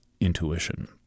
intuition